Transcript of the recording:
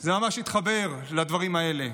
וזה ממש התחבר לדברים האלה.